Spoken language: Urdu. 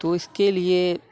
تو اِس کے لیے